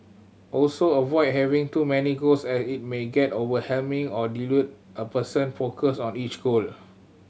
also avoid having too many goals as it may get overwhelming or dilute a person focus on each goal